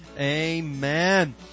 amen